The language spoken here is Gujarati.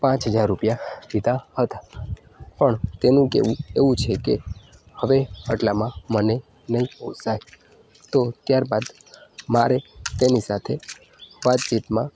પાંચ હજાર રૂપિયા કીધા હતા પણ તેનું કહેવું એવું છે કે હવે આટલામાં મને નહીં પોસાય તો ત્યારબાદ મારે તેની સાથે વાતચીતમાં અમે